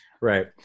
Right